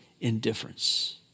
indifference